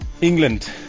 England